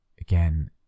again